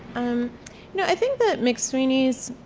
um know i think that mcsweeney's